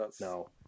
No